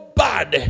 bad